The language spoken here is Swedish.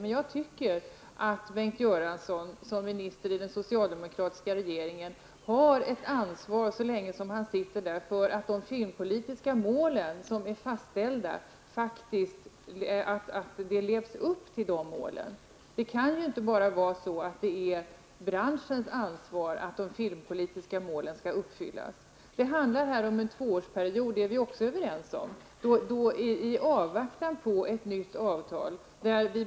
Men jag anser att Bengt Göransson, som minister i den socialdemokratiska regeringen, har ett ansvar, så länge han sitter där, för att man lever upp till de filmpolitiska mål som är fastställda. Det kan inte vara bara branschens ansvar att de filmpolitiska målen uppfylls. Det handlar om en tvåårsperiod, det är vi också överens om, i avvaktan på ett nytt avtal.